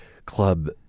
Club